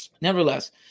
nevertheless